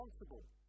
responsible